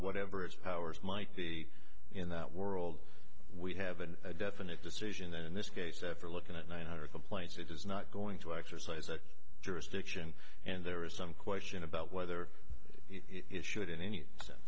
whatever its powers might be in that world we have a definite decision that in this case after looking at nine hundred complaints it is not going to exercise a jurisdiction and there is some question about whether it should in any s